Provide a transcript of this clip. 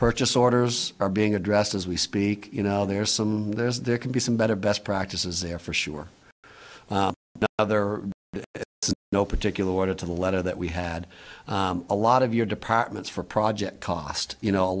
purchase orders are being addressed as we speak you know there are some there is there can be some better best practices there for sure but there are no particular order to the letter that we had a lot of your departments for project cost you know a